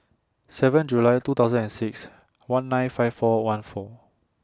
seven July two thousand and six one nine five four one four